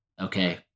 Okay